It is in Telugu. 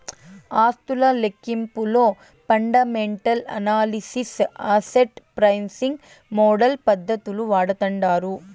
ఆస్తుల లెక్కింపులో fundamental analysis, asset pricing model పద్దతులు వాడతాండారు